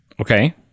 okay